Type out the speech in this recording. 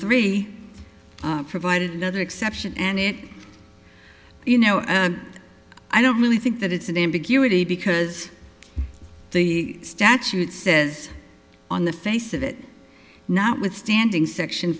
three provided another exception and it you know i don't really think that it's an ambiguity because the statute says on the face of it notwithstanding section